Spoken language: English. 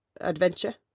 adventure